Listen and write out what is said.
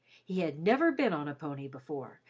he had never been on a pony before,